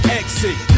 exit